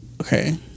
Okay